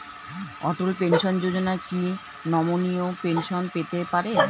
অটল pension Yojana কি নমনীয় pension পেতে পারে?